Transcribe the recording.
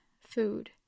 food